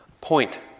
point